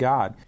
God